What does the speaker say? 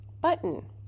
button